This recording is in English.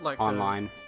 online